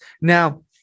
now